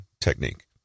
technique